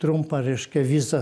trumpą reiškia vizą